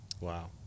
wow